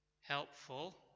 helpful